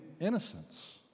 innocence